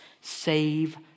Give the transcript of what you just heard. Save